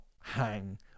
hang